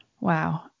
Wow